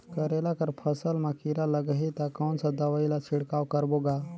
करेला कर फसल मा कीरा लगही ता कौन सा दवाई ला छिड़काव करबो गा?